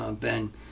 Ben